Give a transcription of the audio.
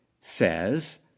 says